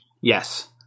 Yes